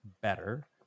better